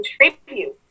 contribute